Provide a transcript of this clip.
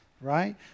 Right